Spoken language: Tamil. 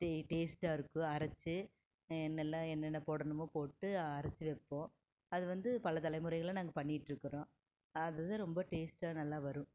டேஸ்ட்டாக இருக்கும் அரைத்து என்னெல்லாம் என்னென்ன போடணுமோ போட்டு அரைத்து வைப்போம் அது வந்து பல தலைமுறைகளாக நாங்கள் பண்ணிக்கிட்டு இருக்கிறோம் அது வந்து ரொம்ப டேஸ்டாக நல்லா வரும்